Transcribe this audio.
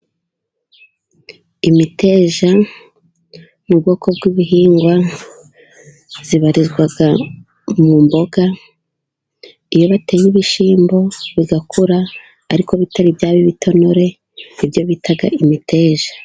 Imiteja mu bwoko bw'ibihingwa ibarizwa mu mboga, iyo bateye ibishyimbo bigakura, ariko bitari byaba ibitonore n'ibyo bita imiteja.